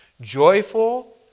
Joyful